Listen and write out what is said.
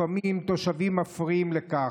לפעמים תושבים מפריעים לכך.